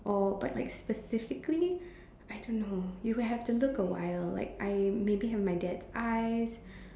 or but like specifically I don't know you will have to look a while like I maybe have my dad's eyes